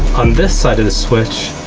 on this side of the switch,